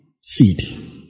seed